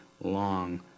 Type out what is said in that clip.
long